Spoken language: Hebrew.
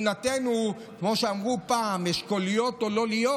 מבחינתנו, כמו שאמרו פעם "אשכוליות או לא להיות",